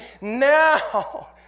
now